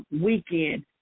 weekend